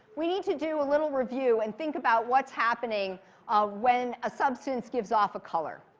we need to do a little review and think about what's happening ah when a substance gives off a color.